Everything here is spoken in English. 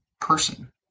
person